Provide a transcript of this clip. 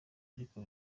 ariko